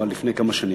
אבל לפני כמה שנים,